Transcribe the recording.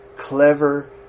Clever